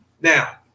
Now